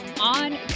on